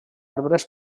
arbres